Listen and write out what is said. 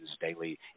daily